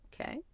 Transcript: Okay